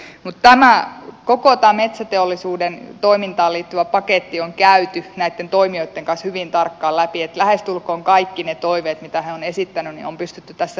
mutta koko tämä metsäteollisuuden toimintaan liittyvä paketti on käyty näitten toimijoitten kanssa hyvin tarkkaan läpi niin että lähestulkoon kaikki ne toiveet mitä he ovat esittäneet on pystytty tässä huomioimaan